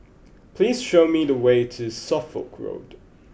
please show me the way to Suffolk Road